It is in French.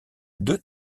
deux